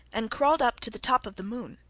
and crawled up to the top of the moon.